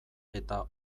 eta